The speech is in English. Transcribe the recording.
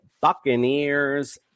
Buccaneers